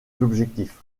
l’objectif